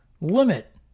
limit